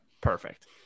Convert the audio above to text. Perfect